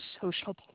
social